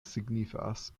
signifas